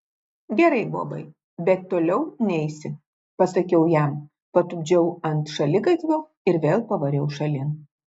gerai bobai bet toliau neisi pasakiau jam patupdžiau ant šaligatvio ir vėl pavariau šalin